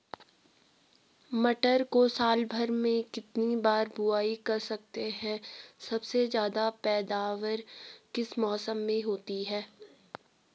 मटर को साल भर में कितनी बार बुआई कर सकते हैं सबसे ज़्यादा पैदावार किस मौसम में होती है?